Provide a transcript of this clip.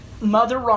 mother